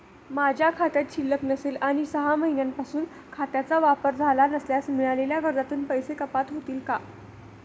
माझ्या खात्यात शिल्लक नसेल आणि सहा महिन्यांपासून खात्याचा वापर झाला नसल्यास मिळालेल्या कर्जातून पैसे कपात होतील का?